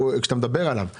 כשאתה מדבר על כלא גלבוע,